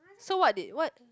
so what did what